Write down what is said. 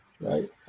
right